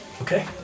Okay